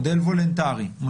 מודל וולונטרי,